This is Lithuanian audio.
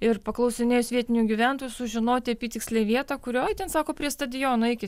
ir paklausinėjus vietinių gyventojų sužinoti apytikslę vietą kurioj ten sako prie stadiono eikit